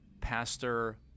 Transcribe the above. pastor